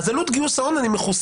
אז לגבי עלות גיוס ההון אני מכוסה.